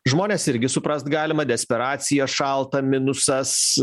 žmones irgi suprast galima desperacija šalta minusas